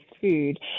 food